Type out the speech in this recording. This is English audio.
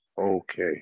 okay